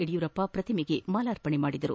ಯಡಿಯೂರಪ್ಪ ಪ್ರತಿಮೆಗೆ ಮಾಲಾರ್ಪಣೆ ಮಾಡಿದರು